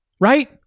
right